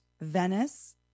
Venice